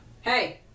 Hey